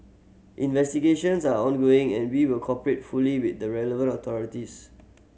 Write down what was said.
investigations are ongoing and we will cooperate fully with the relevant authorities